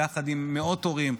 ביחד עם מאות הורים,